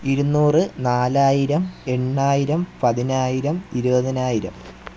ഇരുന്നൂറ് നാലായിരം എണ്ണായിരം പതിനായിരം ഇരുപതിനായിരം